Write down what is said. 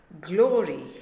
glory